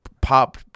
pop